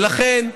ולכן,